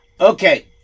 Okay